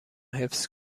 حفظ